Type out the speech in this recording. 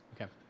Okay